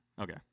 Okay